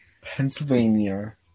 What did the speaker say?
Pennsylvania